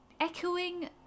echoing